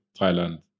Thailand